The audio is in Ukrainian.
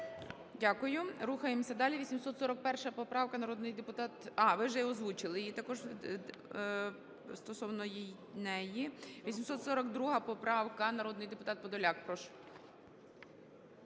Дякую. Рухаємося далі. 841 поправка, народний депутат...